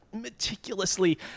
meticulously